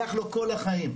הלך לו כל החיים.